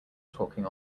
talking